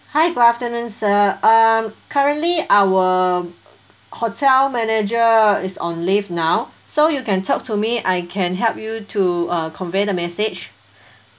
hi good afternoon sir um currently our hotel manager is on leave now so you can talk to me I can help you to uh convey the message